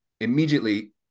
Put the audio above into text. Immediately